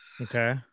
Okay